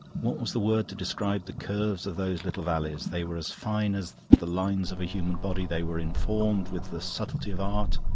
what was the word to describe the curves of those little valleys? they were as fine as the lines of a human body, they were informed with the subtlety of art.